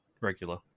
regular